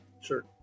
Sure